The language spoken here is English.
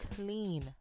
clean